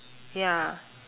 ya